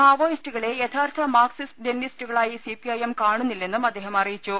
മാവോയിസ്റ്റുകളെ യഥാർത്ഥ മാർക്സിറ്റ് ലെനിനിസ്റ്റുകളായി സിപിഐഎം കാണുന്നില്ലെന്നും അദ്ദേഹം അറിയിച്ചു